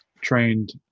trained